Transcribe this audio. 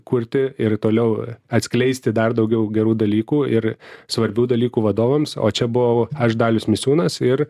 kurti ir toliau atskleisti dar daugiau gerų dalykų ir svarbių dalykų vadovams o čia buvau aš dalius misiūnas ir